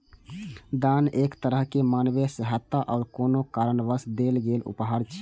दान एक तरहक मानवीय सहायता आ कोनो कारणवश देल गेल उपहार छियै